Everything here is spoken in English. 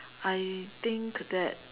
I think that